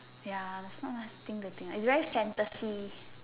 ya there's not much to think the thing eh it's very fantasy